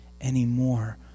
anymore